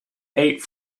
eight